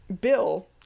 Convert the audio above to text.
Bill